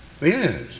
yes